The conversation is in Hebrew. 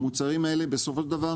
המוצרים האלה בסופו של דבר